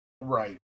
Right